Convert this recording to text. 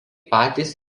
patys